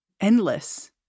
endless